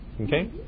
okay